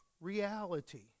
reality